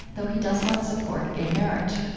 though he does not support gay marriage.